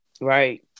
right